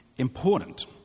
Important